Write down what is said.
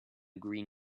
green